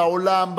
בעולם,